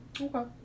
Okay